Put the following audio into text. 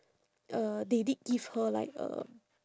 uh they did give her like um